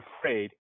afraid